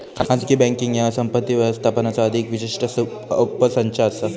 खाजगी बँकींग ह्या संपत्ती व्यवस्थापनाचा अधिक विशिष्ट उपसंच असा